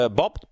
bob